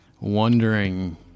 Wondering